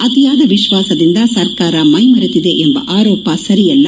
ಅತಿಯಾದ ವಿಶ್ವಾಸದಿಂದ ಸರ್ಕಾರ ಮೈ ಮರೆತಿದೆ ಎಂಬ ಆರೋಪ ಸರಿಯಲ್ಲ